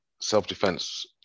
self-defense